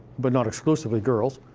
but not exclusively, girls.